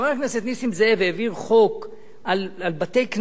חבר הכנסת נסים זאב העביר חוק על בתי-כנסת,